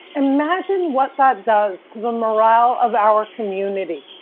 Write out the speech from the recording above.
imagine what that does to the morale of our community.